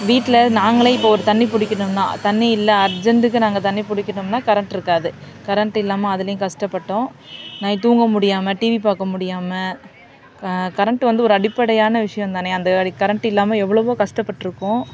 வீட்டில் நாங்களே இப்போ ஒரு தண்ணி பிடிக்கணும்னா தண்ணி இல்லை அர்ஜெண்ட்டுக்கு நாங்கள் தண்ணி பிடிக்கணும்னா கரண்ட் இருக்காது கரண்ட் இல்லாமல் அதுலேயும் கஷ்டப்பட்டோம் நைட் தூங்க முடியாமல் டிவி பார்க்க முடியாமல் க கரண்ட் வந்து ஒரு அடிப்படையான விஷயம் தானே அந்த மாதிரி கரண்ட் இல்லாமல் எவ்வளோவோ கஷ்டப்பட்டுருக்கோம்